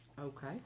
Okay